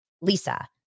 Lisa